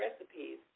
recipes